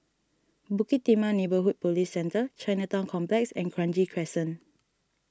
Bukit Timah Neighbourhood Police Centre Chinatown Complex and Kranji Crescent